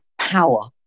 power